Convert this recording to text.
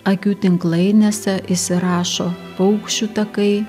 akių tinklainėse įsirašo paukščių takai